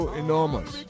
enormous